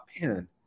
man